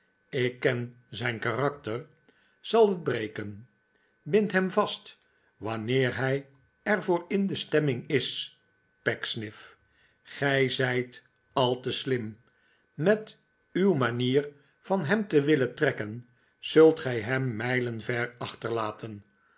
ik ken zijn karakter zal het breken bind hem vast wanneer hij er voor in de stemming is pecksniff gij zijt al te slim met uw manier van hem te willen trekken zult gij hem mijlen ver achterlaten